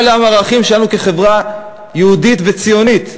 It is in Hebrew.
מה על הערכים שלנו כחברה יהודית וציונית?